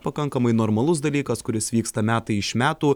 pakankamai normalus dalykas kuris vyksta metai iš metų